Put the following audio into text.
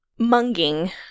munging